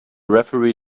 referee